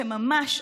שהם ממש,